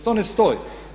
To ne stoji.